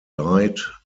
died